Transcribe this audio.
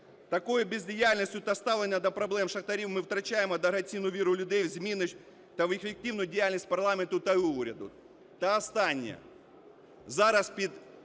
Такою бездіяльністю та ставленням до проблем шахтарів ми втрачаємо дорогоцінну віру людей в зміни та в ефективну діяльність парламенту та уряду. Та останнє. Зараз під